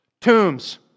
Tombs